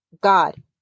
God